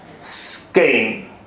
scheme